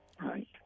right